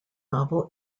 novel